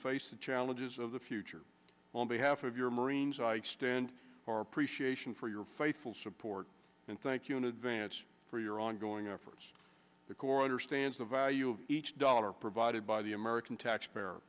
face the challenges of the future on behalf of your marines i extend our appreciation for your faithful support and thank you in advance for your ongoing efforts the corps understands the value of each dollar provided by the american taxpayer